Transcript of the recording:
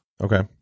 Okay